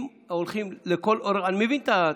אם הולכים, אני מבין את התסכול.